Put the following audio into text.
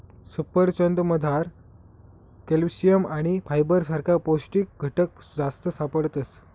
सफरचंदमझार कॅल्शियम आणि फायबर सारखा पौष्टिक घटक जास्त सापडतस